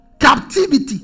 Captivity